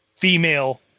female